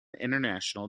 international